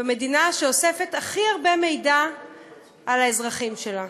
כמדינה שאוספת הכי הרבה מידע על האזרחים שלה.